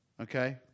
Okay